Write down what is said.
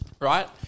right